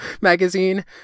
magazine